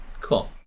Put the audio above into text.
Cool